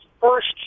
first